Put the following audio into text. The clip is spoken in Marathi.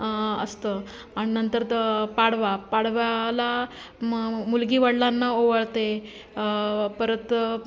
असतं आणि नंतर तर पाडवा पाडव्याला मग मुलगी वडिलांना ओवाळते परत